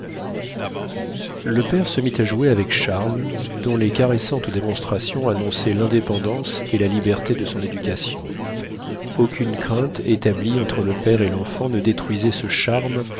le père se mit à jouer avec charles dont les caressantes démonstrations annonçaient l'indépendance et la liberté de son éducation aucune crainte établie entre le père et l'enfant ne détruisait ce charme